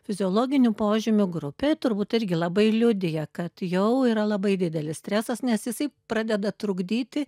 fiziologinių požymių grupė turbūt irgi labai liudija kad jau yra labai didelis stresas nes jisai pradeda trukdyti